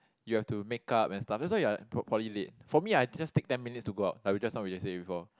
you have to make-up and stuff that's why you are pro~ probably late for me I just take ten minutes to go out like we just now we already said before